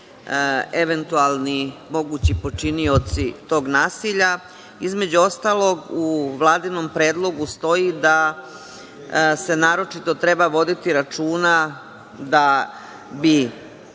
eventualni mogući počinioci tog nasilja. Između ostalog, u vladinom predlogu stoji da se naročito treba voditi računa da bi